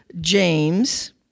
James